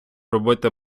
робити